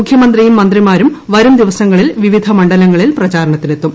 മുഖ്യമന്ത്രിയും മന്ത്രിമാരും വരും ദിവസങ്ങളിൽ വിവിധ മണ്ഡലങ്ങളിൽ പ്രചാരണത്തിനെത്തും